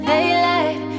Daylight